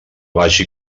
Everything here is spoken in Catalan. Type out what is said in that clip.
vagi